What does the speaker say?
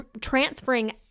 transferring